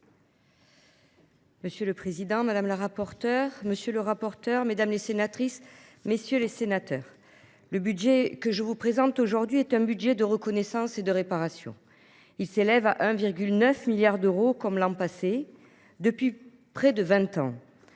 Monsieur le président, madame, monsieur les rapporteurs, mesdames, messieurs les sénateurs, le budget que je vous présente aujourd’hui est un budget de reconnaissance et de réparation. Il s’élève à 1,9 milliard d’euros, comme l’an passé. Depuis près de vingt